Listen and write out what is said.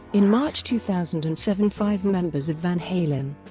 in march two thousand and seven five members of van halen,